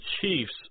chiefs